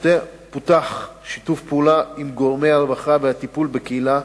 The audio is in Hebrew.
פותח שיתוף פעולה עם גורמי הרווחה והטיפול בקהילה,